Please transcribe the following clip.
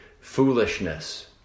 foolishness